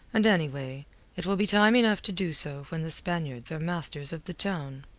and, anyway, it will be time enough to do so when the spaniards are masters of the town.